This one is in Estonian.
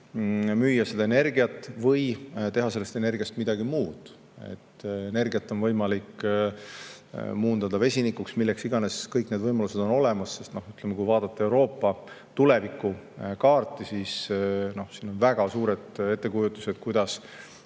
müüa seda energiat või teha sellest energiast midagi muud. Energiat on võimalik muundada vesinikuks või milleks iganes, kõik need võimalused on olemas. Kui vaadata Euroopa tulevikukaarti, siis siin on väga suured ettekujutused, kuidas